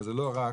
אבל זה לא רק.